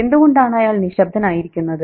എന്തുകൊണ്ടാണ് അയാൾ നിശബ്ദനായിരിക്കുന്നത്